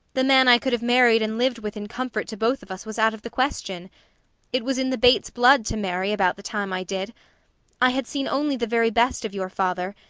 the man i could have married and lived with in comfort to both of us was out of the question it was in the bates blood to marry about the time i did i had seen only the very best of your father,